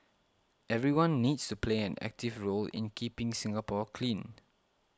everyone needs to play an active role in keeping Singapore clean